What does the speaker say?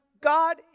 God